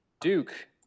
Duke